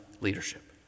leadership